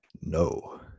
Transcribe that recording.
No